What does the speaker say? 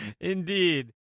Indeed